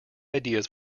ideas